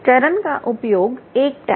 चरण का उपयोग कर टैग